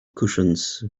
cushions